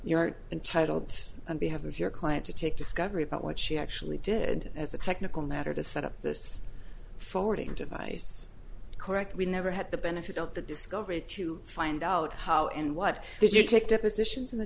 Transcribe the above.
you're entitled and we have your client to take discovery about what she actually did as a technical matter to set up this forwarding device correct we never had the benefit of the discovery to find out how and what did you take depositions in the